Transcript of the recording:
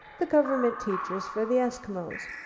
the government teachers for the eskimos.